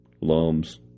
Lums